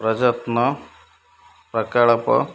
ପ୍ରଯତ୍ନ ପ୍ରକଳ୍ପ